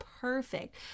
perfect